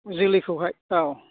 जोलैखौहाय औ